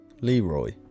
Leroy